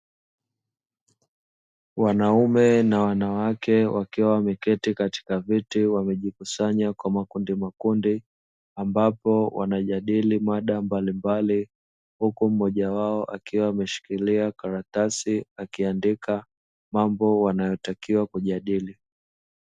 Wanaume na wanawake wakiwa wameketi katika viti wamejikusanya kwa makundimakundi, ambapo wanajadili mada mbalimbali. Huku mmoja wao akiwa ameshikilia karatasi akiandika mambo wanayotakiwa kujadili.